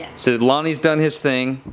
and so lonnie has done his thing,